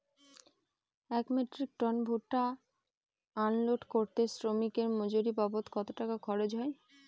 এক metric ton ভুট্টা unload করতে শ্রমিকের মজুরি বাবদ কত খরচ হয়?